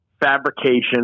fabrication